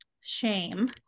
shame